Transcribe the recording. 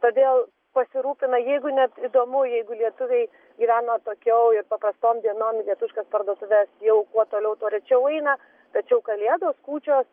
todėl pasirūpina jeigu net įdomu jeigu lietuviai gyvena atokiau ir paprastom dienom į lietuviškas parduotuves jau kuo toliau tuo rečiau eina tačiau kalėdos kūčios